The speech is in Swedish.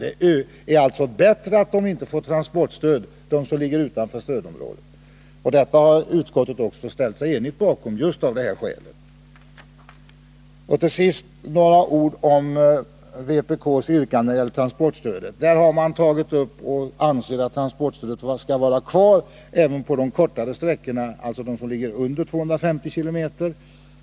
Det är alltså bättre att de företag som ligger utanför stödområdet inte får transportstöd. Bakom detta står utskottet enigt, just av detta skäl. Till sist några ord om vpk:s yrkande när det gäller transportstödet. Vpk anser att transportstödet skall vara kvar även på de kortare sträckorna, alltså på sträckor under 250 km.